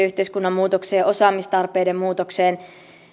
yhteiskunnan muutokseen ja osaamistarpeiden muutokseen